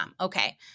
Okay